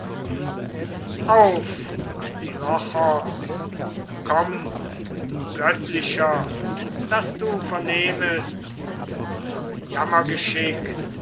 auf antilochos komm du göttlicher daß du vernehmest unser